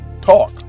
Talk